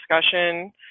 discussion